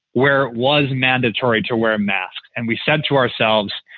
where it was mandatory to wear masks, and we said to ourselves,